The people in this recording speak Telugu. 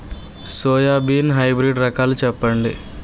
సోయాబీన్ హైబ్రిడ్ రకాలను చెప్పండి?